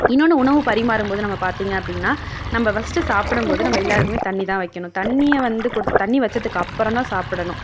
இன்னொன்று உணவு பரிமாறும்போது நம்ம பார்த்திங்க அப்படின்னா நம்ப ஃபர்ஸ்ட்டு சாப்படம்போது நம்ப எல்லாருக்குமே தண்ணி தான் வைக்கணும் தண்ணியை வந்து கொடு தண்ணி வச்சதுக்கப்பறம் தான் சாப்பிடணும்